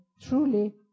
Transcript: Truly